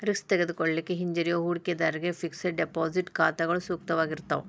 risk ತೆಗೆದುಕೊಳ್ಳಿಕ್ಕೆ ಹಿಂಜರಿಯೋ ಹೂಡಿಕಿದಾರ್ರಿಗೆ ಫಿಕ್ಸೆಡ್ ಡೆಪಾಸಿಟ್ ಖಾತಾಗಳು ಸೂಕ್ತವಾಗಿರ್ತಾವ